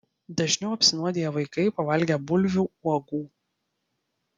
dažniau apsinuodija vaikai pavalgę bulvių uogų